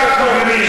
עשר דקות.